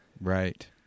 Right